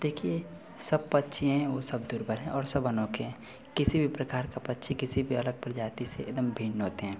देखिए सब पक्षी हैं वे सब दुर्बल हैं और सब अनोखे हैं किसी भी प्रकार का पक्षी किसी भी अलग प्रजाति से एक दम भिन्न होते हैं